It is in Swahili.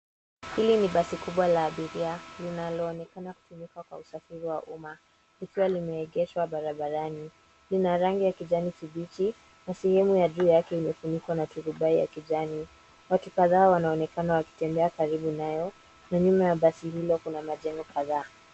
Hili ni basi kubwa la abiria linaloonekan kutumika kwa usafiri wa umma ikiwa limeegeshwa barabarani. Lina rangi ya kijani kibichi na sehemu ya juu yake imefunikwa na turubai ya kijani. Watu kadhaa wanaonekana wakitembea karibu nayo. Nyuma ya basi hilo kuna majengo kadhaa.